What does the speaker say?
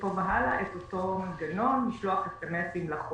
מפה והלאה את אותו מנגנון, לשלוח SMS לחולה